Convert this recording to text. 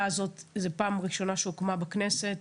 זאת פעם ראשונה שהוועדה הזאת הוקמה בכנסת